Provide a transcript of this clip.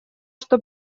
что